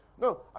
No